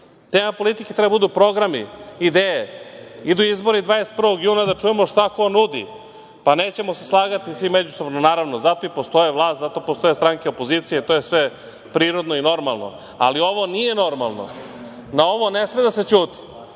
Tema politike treba da budu programi, ideje. Idu izbori 21. juna. Da čujemo šta ko nudi. Pa nećemo se slagati svi međusobno, naravno, zato i postoji vlast, zato postoje stranke opozicije, to je sve prirodno i normalno, ali, ovo nije normalno, na ovo ne sme da se